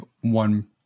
one